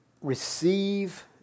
receive